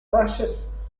crushes